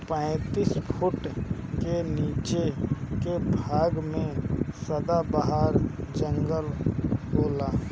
पैतीस फुट के नीचे के भाग में सदाबहार जंगल होला